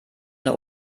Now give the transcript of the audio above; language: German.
eine